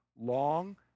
long